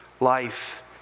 life